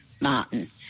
Martin